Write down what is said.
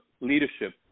leadership